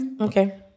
okay